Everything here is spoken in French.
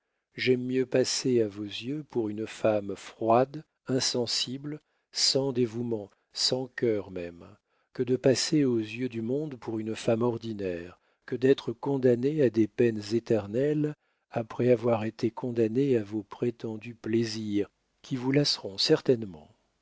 j'aime mieux passer à vos yeux pour une femme froide insensible sans dévouement sans cœur même que de passer aux yeux du monde pour une femme ordinaire que d'être condamnée à des peines éternelles après avoir été condamnée à vos prétendus plaisirs qui vous lasseront certainement